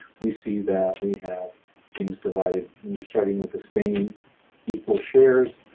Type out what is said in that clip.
we see that we have things divided and we're starting with the same equal shares.